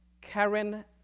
Karen